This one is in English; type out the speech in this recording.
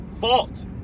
fault